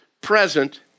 present